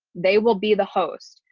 they will be the host.